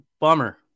Bummer